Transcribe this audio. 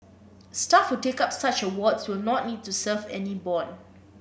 staff who take up such awards will not need to serve any bond